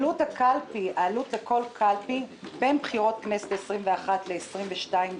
עלות לכל קלפי בין הבחירות לכנסת ה-21 לכנסת ה-22,